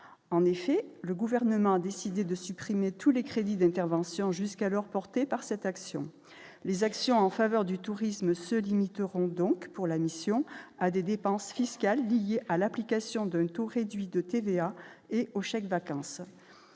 en effet, le gouvernement a décidé de supprimer tous les crédits d'intervention jusqu'à leur portée par cette action, les actions en faveur du tourisme se limiteront donc pour la mission à des dépenses fiscales liées à l'application d'un taux réduit de TVA et aux chèques vacances,